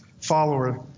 follower